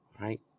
right